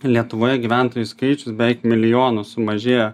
lietuvoje gyventojų skaičius beveik milijonu sumažėjo